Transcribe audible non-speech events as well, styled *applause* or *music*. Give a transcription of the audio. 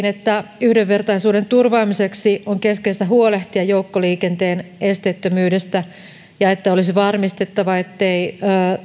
*unintelligible* että yhdenvertaisuuden turvaamiseksi on keskeistä huolehtia joukkoliikenteen esteettömyydestä ja että olisi varmistettava ettei